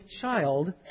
child